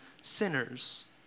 sinners